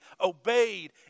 obeyed